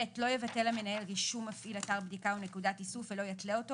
לא יבטל המנהל רישום מפעיל אתר בדיקה או נקודת איסוף ולא יתלה אותו